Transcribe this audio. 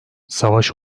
savaş